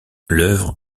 l’œuvre